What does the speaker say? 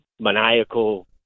maniacal